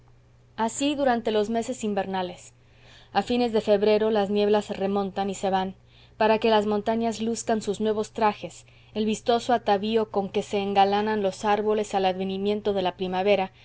así durante los meses invernales a fines de febrero las nieblas se remontan y se van para que las montañas luzcan sus nuevos trajes el vistoso atavío con que se engalanan los árboles al advenimiento de la primavera